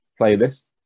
playlist